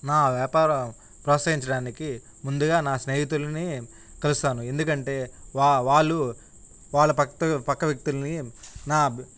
నా వ్యాపారా ప్రోత్సహించడానికి ముందుగా నా స్నేహితులని కలుస్తాను ఎందుకంటే వా వాళ్ళు వాళ్ళ పక్త పక్క వ్యక్తులని నా